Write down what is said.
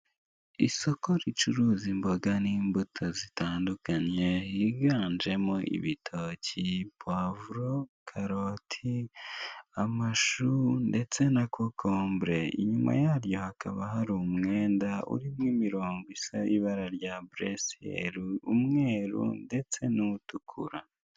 Isoko ricuza imboga n'imbuto zitandukanye higanjemo ibitoki, pavuro, karoti, amashu ndetse na kokombure. Inyuma yaryo hakaba hari umwenda urimo imirongo isa ibara rya buresiyeru, umweru ndetse n'uw'utukura.